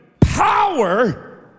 power